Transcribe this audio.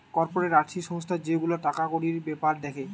corporate আর্থিক সংস্থা যে গুলা টাকা কড়ির বেপার দ্যাখে